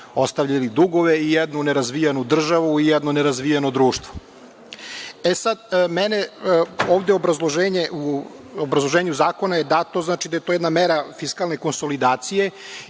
ostavili dugove i jednu nerazvijenu državu i jedno nerazvijeno društvo.U obrazloženju zakona je dato da je to jedna mera fiskalne konsolidacije.